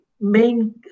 main